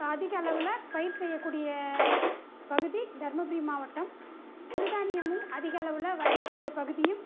அதிக அளவில் பயிர் செய்யக்கூடிய பகுதி தர்மபுரி மாவட்டம் சிறுதானியமும் அதிக அளவில் விளையக்கூடிய பகுதியும்